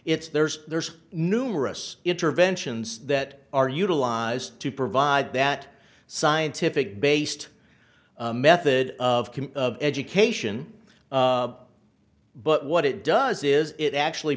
it's there's there's numerous interventions that are utilized to provide that scientific based method of education but what it does is it actually